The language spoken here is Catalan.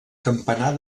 campanar